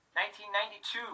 1992